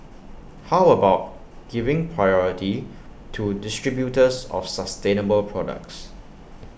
how about giving priority to distributors of sustainable products